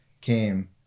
came